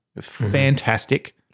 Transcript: Fantastic